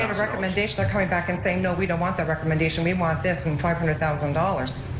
and recommendation, they're coming back and saying no, we don't want that recommendation, we want this and five hundred thousand dollars.